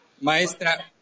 maestra